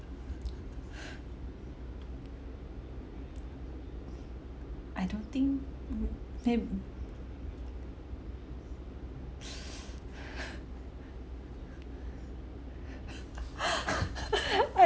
I don't think never